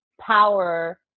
power